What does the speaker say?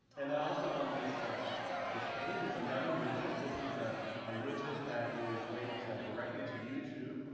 and then also on this this page is another widget. this is a ah widget that is linked directly to youtube.